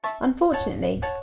Unfortunately